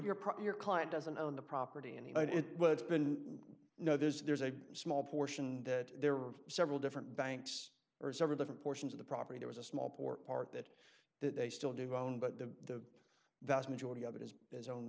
problem your client doesn't own the property and even if it was been no there's there's a small portion that there are several different banks or several different portions of the property there was a small port part that they still do own but the vast majority of it is his own